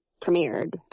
premiered